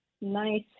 nice